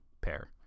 pair